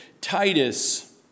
Titus